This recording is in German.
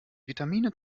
vitamine